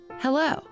Hello